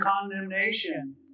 condemnation